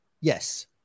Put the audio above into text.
yes